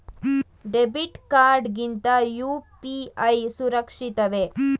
Debit card ಗಿಂತ UPI ಸುರಕ್ಷಿತವೇ?